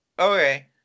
okay